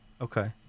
okay